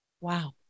Wow